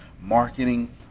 marketing